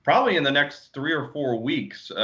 probably in the next three or four weeks,